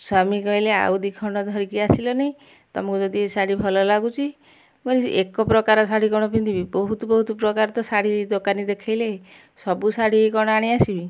ସ୍ୱାମୀ କହିଲେ ଆଉ ଦୁଇ ଖଣ୍ଡ ଧରିକି ଆସିଲନି ତମକୁ ଯଦି ଏ ଶାଢ଼ୀ ଭଲ ଲାଗୁଛି ମୁଁ କହିଲି ଏକ ପ୍ରକାର ଶାଢ଼ୀ କ'ଣ ପିନ୍ଧିବି ବହୁତ ବହୁତ ପ୍ରକାର ତ ଶାଢ଼ୀ ଦୋକାନୀ ଦେଖାଇଲେ ସବୁ ଶାଢ଼ୀ କ'ଣ ଆଣି ଆସିବି